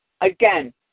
Again